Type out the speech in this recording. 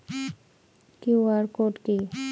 QR code কি?